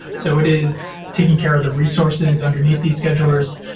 so it is taking care of the resources underneath these schedulers,